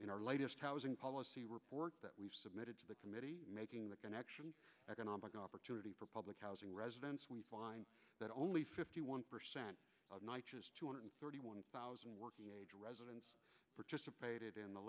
in our latest housing policy report that we've submitted to the committee making the connection economic opportunity for public housing residents we find that only fifty one percent of nine hundred thirty one thousand working age residents participated in the